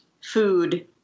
food